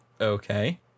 Okay